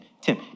Tim